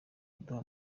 kuduha